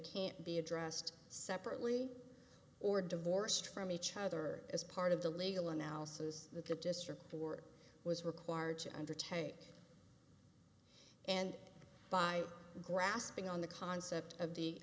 can't be addressed separately or divorced from each other as part of the legal analysis that the district four was required to undertake and by grasping on the concept of the